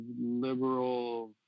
liberal